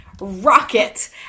rocket